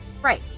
Right